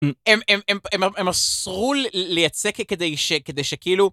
הם אסרו לייצא כדי שכאילו.